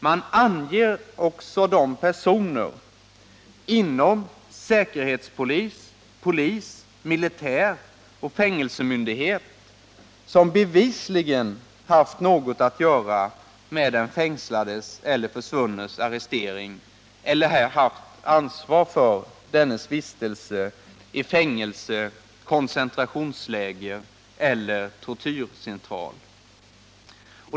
Man anger också de personer inom säkerhetspolisen, polisen, militären och fängelsemyndigheterna som bevisligen haft något att göra med den fängslades eller försvunnes arrestering eller haft ansvar för dennes vistelse i fängelse, koncentratrationsläger eller tortyrcentral.